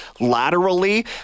Laterally